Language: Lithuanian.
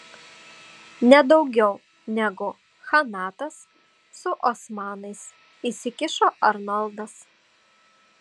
nedaugiau negu chanatas su osmanais įsikišo arnoldas